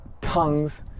tongues